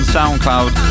SoundCloud